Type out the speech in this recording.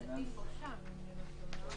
לדעתי הם כבר שם אם אני לא טועה.